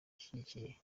ishyigikiye